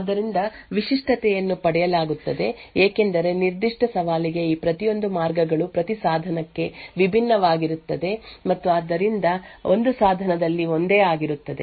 ಆದ್ದರಿಂದ ವಿಶಿಷ್ಟತೆಯನ್ನು ಪಡೆಯಲಾಗುತ್ತದೆ ಏಕೆಂದರೆ ನಿರ್ದಿಷ್ಟ ಸವಾಲಿಗೆ ಈ ಪ್ರತಿಯೊಂದು ಮಾರ್ಗಗಳು ಪ್ರತಿ ಸಾಧನಕ್ಕೆ ವಿಭಿನ್ನವಾಗಿರುತ್ತದೆ ಮತ್ತು ಆದ್ದರಿಂದ ಒಂದು ಸಾಧನದಲ್ಲಿ ಒಂದೇ ಆಗಿರುತ್ತದೆ